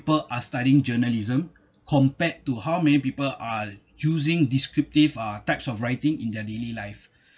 are studying journalism compared to how many people are using descriptive uh types of writing in their daily life